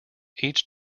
each